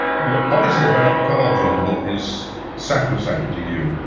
what is it about the car, john, that is sacrosanct to you?